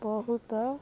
ବହୁତ